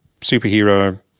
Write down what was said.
Superhero